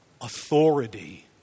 authority